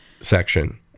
section